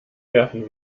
werfen